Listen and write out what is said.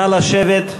נא לשבת,